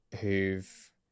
who've